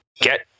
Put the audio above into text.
get